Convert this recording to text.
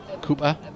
Cooper